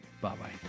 Bye-bye